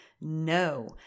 no